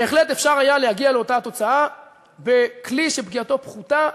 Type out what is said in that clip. בהחלט אפשר היה להגיע לאותה תוצאה בכלי שפגיעתו פחותה,